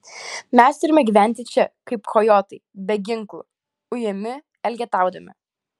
mes turime gyventi čia kaip kojotai be ginklų ujami elgetaudami